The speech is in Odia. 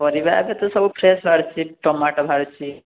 ପରିବା ଏ ବେତ ସବୁ ଫ୍ରେଶ୍ ବାହାରୁଛି ଟମାଟୋ ବାହାରିଛି